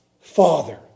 Father